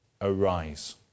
arise